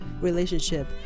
relationship